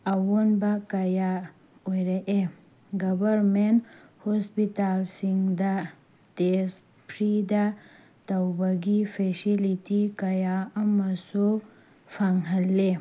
ꯑꯑꯣꯟꯕ ꯀꯌꯥ ꯑꯣꯏꯔꯛꯑꯦ ꯒꯕꯔꯃꯦꯟ ꯍꯣꯁꯄꯤꯇꯥꯜꯁꯤꯡꯗ ꯇꯦꯁ ꯐ꯭ꯔꯤꯗ ꯇꯧꯕꯒꯤ ꯐꯦꯁꯤꯂꯤꯇꯤ ꯀꯌꯥ ꯑꯃꯁꯨ ꯐꯪꯍꯜꯂꯤ